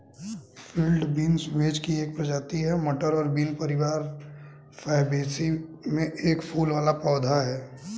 field beans vetch की एक प्रजाति है, मटर और बीन परिवार फैबेसी में एक फूल वाला पौधा है